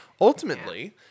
Ultimately